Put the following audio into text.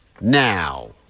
now